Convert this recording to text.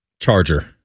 charger